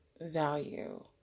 value